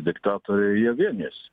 diktatoriai jie vienijasi